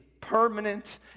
permanent